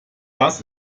das